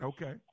Okay